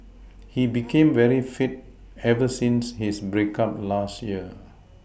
he became very fit ever since his break up last year